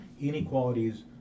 inequalities